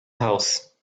house